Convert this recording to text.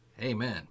Amen